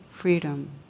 freedom